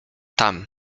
tam